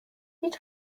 هیچ